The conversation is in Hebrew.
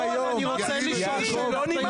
יעקב, אני רוצה לשאול שאלה את היועץ המשפטי.